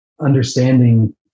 understanding